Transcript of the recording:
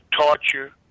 torture